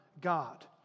God